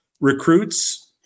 recruits